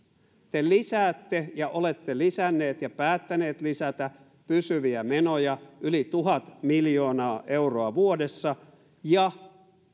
te lisäätte ja olette lisänneet ja päättäneet lisätä pysyviä menoja yli tuhat miljoonaa euroa vuodessa ja